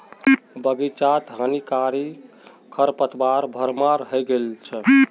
बग़ीचात हानिकारक खरपतवारेर भरमार हइ गेल छ